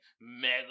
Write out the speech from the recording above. Mega